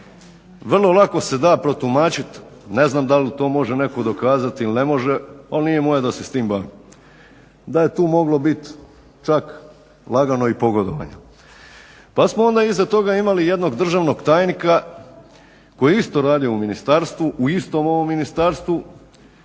vrlo lako se da protumačiti, ne znam da li to netko može dokazati ili ne može, ali nije moje da se tim bavim, da je tu moglo biti čak lagano i pogodovanja. Pa smo onda iza toga imali jednog državnog tajnika koji je isto radio u ministarstvu u istom ovom ministarstvu